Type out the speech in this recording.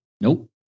Nope